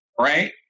right